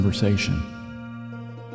Conversation